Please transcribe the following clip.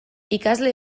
ikasle